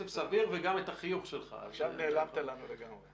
יש לו את המחיר שכל אחד יכול לכמת אותו לפגיעה